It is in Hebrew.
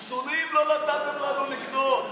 חיסונים לא נתתם לנו לקנות,